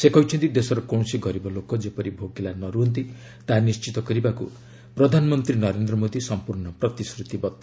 ସେ କହିଛନ୍ତି ଦେଶର କୌଣସି ଗରିବ ଲୋକ ଯେପରି ଭୋକିଲା ନ ରୁହନ୍ତି ତାହା ନିଶ୍ଚିତ କରିବାକୁ ପ୍ରଧାନମନ୍ତ୍ରୀ ନରେନ୍ଦ୍ର ମୋଦୀ ସମ୍ପର୍ଣ୍ଣ ପ୍ରତିଶ୍ରତିବଦ୍ଧ